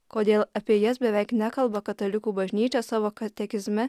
kodėl apie jas beveik nekalba katalikų bažnyčia savo katekizme